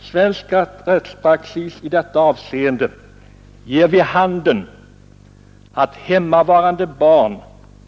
Svensk rättspraxis ger i detta avseende vid handen att hemmavarande barn